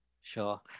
Sure